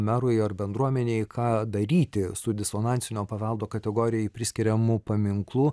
merui ar bendruomenei ką daryti su disonansinio paveldo kategorijai priskiriamu paminklu